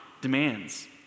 demands